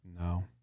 No